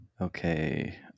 okay